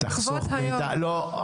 די,